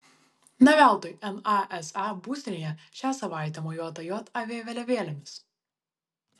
ne veltui nasa būstinėje šią savaitę mojuota jav vėliavėlėmis